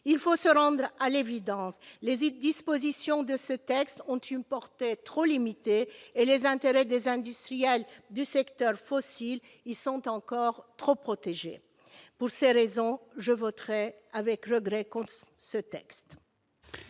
Il faut se rendre à l'évidence, les dispositions de ce texte ont une portée trop limitée et les intérêts des industriels du secteur fossile y sont encore trop protégés. Pour ces raisons, je voterai, avec regret, contre ce texte.